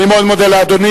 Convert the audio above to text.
אני מאוד מודה לאדוני.